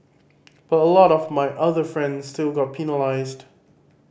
but a lot of my other friends still got penalised